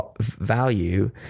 value